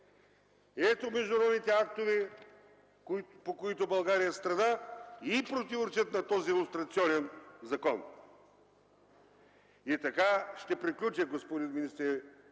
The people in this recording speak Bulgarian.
Ето международните актове, по които България е страна и противоречат на този лустрационен закон! И така, ще приключа, господин министре